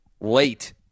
late